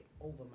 over